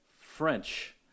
French